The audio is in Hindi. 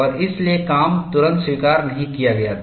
और इसलिए काम तुरंत स्वीकार नहीं किया गया था